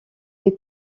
des